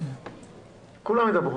כולם ידברו.